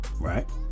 right